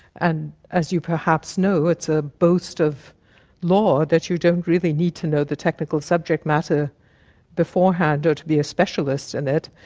and as you perhaps know, it's a boast of law that you don't really need to know the technical subject matter beforehand or to be a specialist in it,